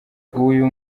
uyu